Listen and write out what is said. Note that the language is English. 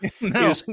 no